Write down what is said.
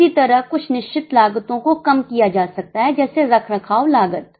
इसी तरह कुछ निश्चित लागतों को कम किया जा सकता है जैसे रखरखाव लागत